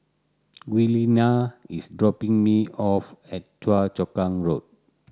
Giuliana is dropping me off at Choa Chu Kang Road